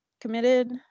committed